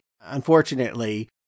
Unfortunately